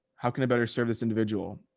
how can i better serve this individual?